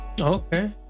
Okay